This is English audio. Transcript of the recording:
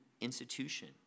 institution